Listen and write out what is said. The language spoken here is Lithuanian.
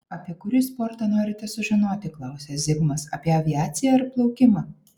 apie kurį sportą norite sužinoti klausia zigmas apie aviaciją ar plaukimą